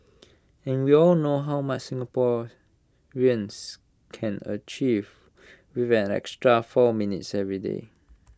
and we all know how much Singaporeans can achieve with an extra four minutes every day